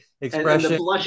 expression